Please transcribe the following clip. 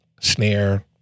snare